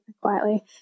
quietly